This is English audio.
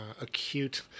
acute